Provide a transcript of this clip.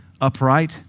upright